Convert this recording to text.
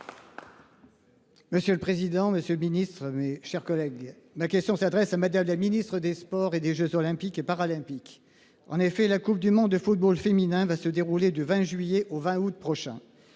Monsieur le président, Monsieur le Ministre, mes chers collègues, ma question s'adresse à Madame la Ministre des Sports et des Jeux olympiques et paralympiques en effet la Coupe du monde de football féminin va se dérouler du 20 juillet au 20 août prochain.